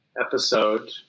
episode